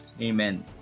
amen